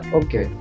okay